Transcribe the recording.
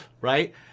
right